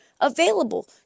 available